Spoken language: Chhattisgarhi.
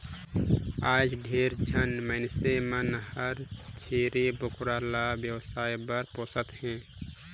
आयज ढेरे झन मइनसे मन हर छेरी बोकरा ल बेवसाय बर पोसत हें